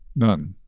none,